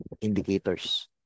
indicators